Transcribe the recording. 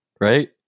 right